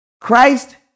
Christ